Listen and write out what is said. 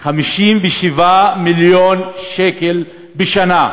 העביר 5 מיליון שקל לכל שנת 2015,